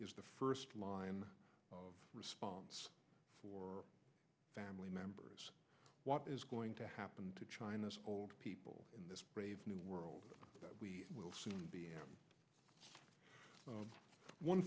is the first line of response for family members what is going to happen to china's old people in this brave new world that we will soon be